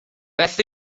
beth